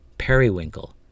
Periwinkle